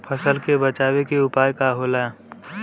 फसल के बचाव के उपाय का होला?